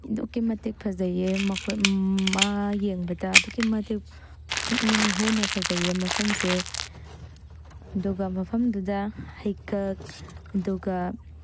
ꯑꯗꯨꯛꯀꯤ ꯃꯇꯤꯛ ꯐꯖꯩꯑꯦ ꯃꯥ ꯌꯦꯡꯕꯗ ꯑꯗꯨꯛꯀꯤ ꯃꯇꯤꯛ ꯄꯨꯛꯅꯤꯡ ꯍꯨꯅ ꯐꯖꯩꯑꯦ ꯃꯐꯝꯁꯦ ꯑꯗꯨꯒ ꯃꯐꯝꯗꯨꯗ ꯍꯩꯀꯛ ꯑꯗꯨꯒ